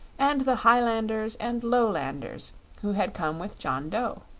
and the hilanders and lolanders who had come with john dough.